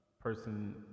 person